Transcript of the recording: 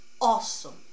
awesome